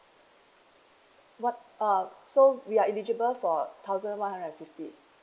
what uh so we are eligible for thousand one hundred and fifty